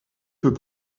peut